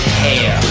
hair